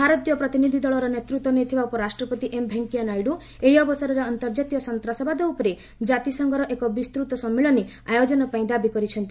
ଭାରତୀୟ ପ୍ରତିନିଧି ଦଳର ନେତୃତ୍ୱ ନେଇଥିବା ଉପରାଷ୍ଟ୍ରପତି ଏମ୍ ଭେଙ୍କିୟା ନାଇଡୁ ଏହି ଅବସରରେ ଅନ୍ତର୍କାତୀୟ ସନ୍ତାସବାଦ ଉପରେ ଜାତିସଂଘର ଏକ ବସ୍ତୃତ ସମ୍ମିଳନୀ ଆୟୋଜନପାଇଁ ଦାବି କରିଛନ୍ତି